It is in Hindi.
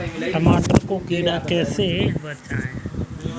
टमाटर को कीड़ों से कैसे बचाएँ?